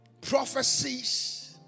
prophecies